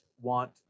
want